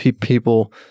people